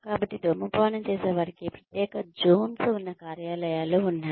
కాబట్టి ధూమపానం చేసేవారికి ప్రత్యేక జోన్స్ ఉన్న కార్యాలయాలు ఉన్నాయి